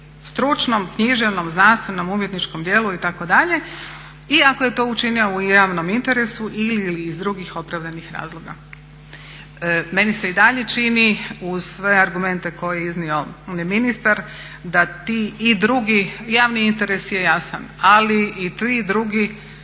stručnom, književnom, znanstvenom, umjetničkom djelu itd. i ako je to učinio u javnom interesu ili iz drugih opravdanih razloga. Meni se i dalje čini uz sve argumente koje je iznio i ministar da ti i drugi javni interes je jasan, ali i ti drugi